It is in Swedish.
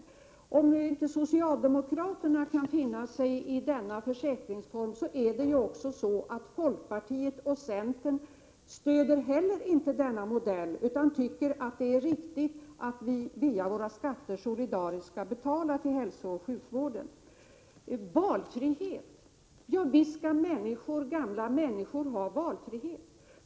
Att inte socialdemokraterna kan finna sig i denna försäkringsform är en sak, men folkpartiet och centern stöder heller inte denna modell utan tycker att det är riktigt att vi via våra skatter solidariskt skall betala till hälsooch sjukvården. Visst skall gamla människor ha valfrihet.